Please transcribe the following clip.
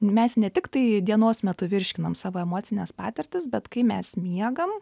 mes ne tik tai dienos metu virškinam savo emocines patirtis bet kai mes miegam